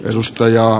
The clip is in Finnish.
edustaja